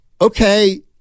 okay